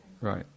right